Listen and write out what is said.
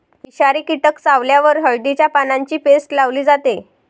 विषारी कीटक चावल्यावर हळदीच्या पानांची पेस्ट लावली जाते